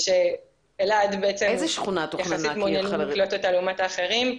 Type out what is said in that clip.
ושאלעד בעצם יחסית מעוניינים לקלוט אותה לעומת האחרים.